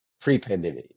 pre-pandemic